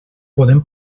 podem